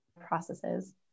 processes